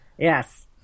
Yes